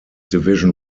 division